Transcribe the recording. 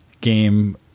game